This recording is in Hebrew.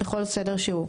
בכל סדר שהוא,